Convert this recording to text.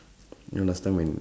you know last time when